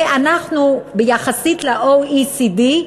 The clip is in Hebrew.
יחסית ל-OECD,